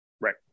Right